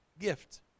gift